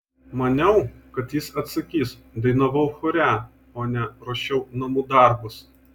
maniau kad jis atsakys dainavau chore o ne ruošiau namų darbus